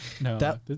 No